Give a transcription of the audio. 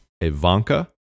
Ivanka